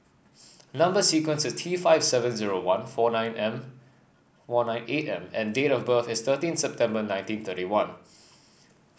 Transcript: number sequence is T five seven zero one four nine M one nine eight M and date of birth is thirteen September nineteen thirty one